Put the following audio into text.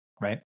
right